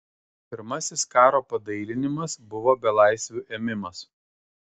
pirmasis karo padailinimas buvo belaisvių ėmimas